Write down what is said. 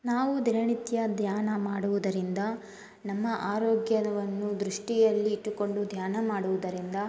ನಾವು ದಿನನಿತ್ಯ ಧ್ಯಾನ ಮಾಡುವುದರಿಂದ ನಮ್ಮ ಆರೋಗ್ಯವನ್ನು ದೃಷ್ಟಿಯಲ್ಲಿ ಇಟ್ಟುಕೊಂಡು ಧ್ಯಾನ ಮಾಡುವುದರಿಂದ